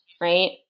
right